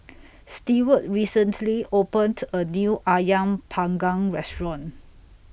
Steward recently opened A New Ayam Panggang Restaurant